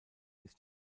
ist